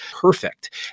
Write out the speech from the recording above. perfect